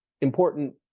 important